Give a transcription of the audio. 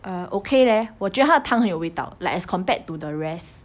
ah okay leh 我觉得他的汤很有味道 like as compared to the rest